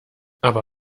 aber